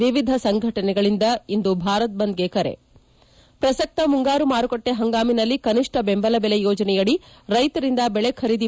ವಿವಿಧ ಸಂಘಟನೆಗಳಿಂದ ಇಂದು ಭಾರತ್ ಬಂದ್ಗೆ ಕರೆ ಪ್ರಸಕ್ತ ಮುಂಗಾರು ಮಾರುಕಟ್ಟೆ ಹಂಗಾಮಿನಲ್ಲಿ ಕನಿಷ್ಟ ಬೆಂಬಲ ಬೆಲೆ ಯೋಜನೆ ಅಡಿ ರೈತರಿಂದ ಬೆಳೆ ಖರೀದಿ